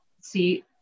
see